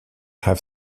have